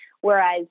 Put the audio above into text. whereas